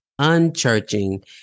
Unchurching